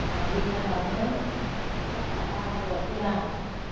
ओह लिटारावनो साथि थाखा बा दजि रां